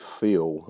feel